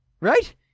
Right